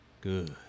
good